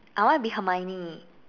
I want be Hermione